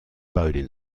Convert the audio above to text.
bowdoin